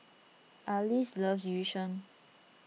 Arlis loves Yu Sheng